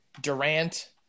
Durant